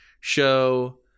show